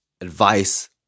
advice